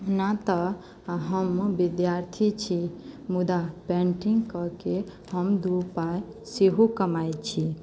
ओना तऽ हम विद्यार्थी छी मुदा पेन्टिंग कऽ के हम दू पाइ सेहो कमाइत छी